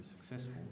successful